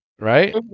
right